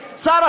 / שמה